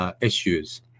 issues